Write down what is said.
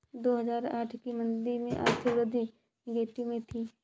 दो हजार आठ की मंदी में आर्थिक वृद्धि नेगेटिव में थी